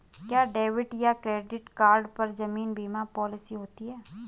क्या डेबिट या credit card पर जीवन बीमा पॉलिसी होती है?